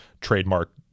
trademark